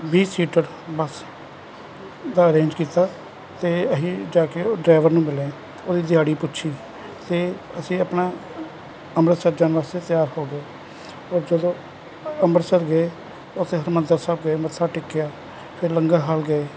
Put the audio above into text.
ਵੀਹ seater bus ਦਾ arrange ਕੀਤਾ ਤੇ ਅਸੀਂ ਜਾ ਕੇ ਉਹ ਡਰਾਈਵਰ ਨੂੰ ਮਿਲੇ ਉਹਦੀ ਦਿਹਾੜੀ ਪੁੱਛੀ ਤੇ ਅਸੀਂ ਆਪਣਾ ਅੰਮ੍ਰਿਤਸਰ ਜਾਣ ਵਾਸਤੇ ਤਿਆਰ ਹੋ ਗਏ ਔਰ ਜਦੋਂ ਅੰਮ੍ਰਿਤਸਰ ਗਏ ਉਥੇ ਹਰਿਮੰਦਰ ਸਾਹਿਬ ਗਏ ਮੱਥਾ ਟੇਕਿਆ ਫਿਰ ਲੰਗਰ ਹਾਲ ਗਏ